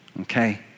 okay